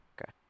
Okay